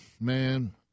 man